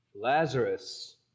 Lazarus